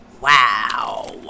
Wow